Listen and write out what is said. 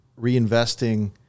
reinvesting